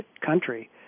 country